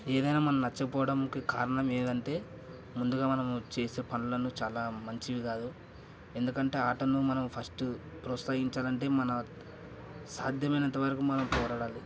ఏదైనా మనం నచ్చకపోవడంకి కారణం ఏదంటే ముందుగా మనం చేసే పనులు చాలా మంచివి కాదు ఎందుకంటే ఆటలను మనం ఫస్ట్ ప్రోత్సహించాలంటే మన సాధ్యమైనంత వరకు మనం పోరాడాలి